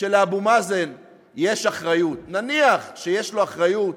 שלאבו מאזן יש אחריות, נניח שיש לו אחריות,